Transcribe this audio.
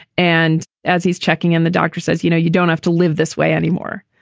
and as he's checking in, the doctor says, you know, you don't have to live this way anymore.